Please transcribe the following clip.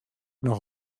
noch